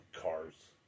cars